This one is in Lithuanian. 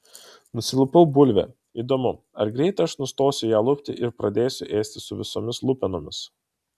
nusilupau bulvę įdomu ar greitai aš nustosiu ją lupti ir pradėsiu ėsti su visomis lupenomis